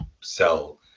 sell